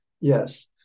Yes